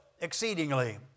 exceedingly